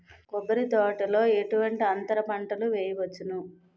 కొబ్బరి తోటలో ఎటువంటి అంతర పంటలు వేయవచ్చును?